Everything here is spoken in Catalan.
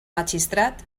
magistrat